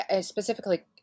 specifically